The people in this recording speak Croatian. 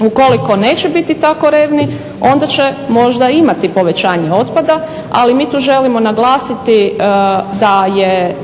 Ukoliko neće biti tako revni onda će možda imati povećanje otpada, ali mi tu želimo naglasiti da je